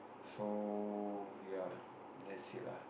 so ya that's it lah